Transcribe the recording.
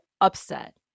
upset